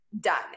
Done